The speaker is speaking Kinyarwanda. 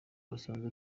basanze